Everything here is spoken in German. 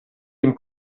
dem